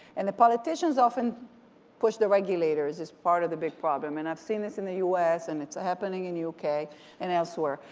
and the politicians often push the regulators, it's part of the big problem and i've seen this in the us and it's happening in yeah uk and elsewhere.